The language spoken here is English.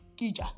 Gija